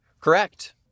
Correct